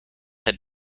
had